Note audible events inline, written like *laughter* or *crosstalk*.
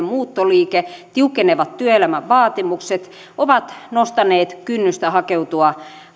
*unintelligible* muuttoliike tiukkenevat työelämän vaatimukset ovat nostaneet kynnystä hakeutua